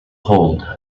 hold